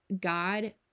God